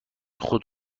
خود